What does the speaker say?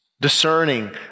Discerning